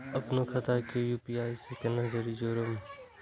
अपनो खाता के यू.पी.आई से केना जोरम?